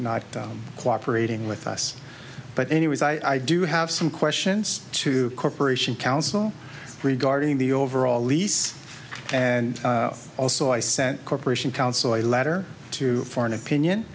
not cooperating with us but anyways i do have some questions to corporation counsel regarding the overall lease and also i sent corporation counsel a letter to foreign opinion